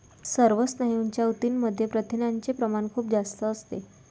सर्व स्नायूंच्या ऊतींमध्ये प्रथिनांचे प्रमाण खूप जास्त असते